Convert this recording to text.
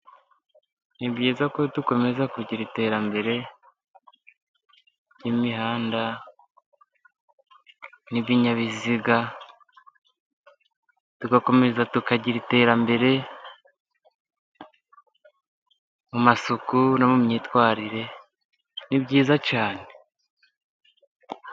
Ni byiza ko dukomeza kugira iterambere ry'imihanda, n'ibinyabiziga, tugakomeza tukagira iterambere mu masuku no mu myitwarire, ni byiza cyane.